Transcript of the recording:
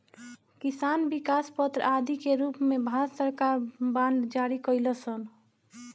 किसान विकास पत्र आदि के रूप में भारत सरकार बांड जारी कईलस ह